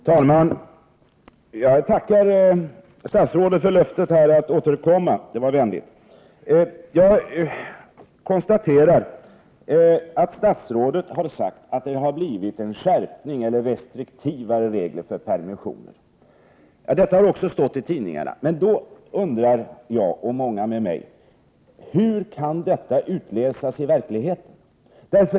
Herr talman! Jag tackar statsrådet för löftet att återkomma — det var vänligt. Jag konstaterar att statsrådet har sagt att det har blivit en skärpning och restriktivare regler för permissioner. Men då undrar jag och många med mig: Hur kan detta utläsas i verkligheten?